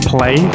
Play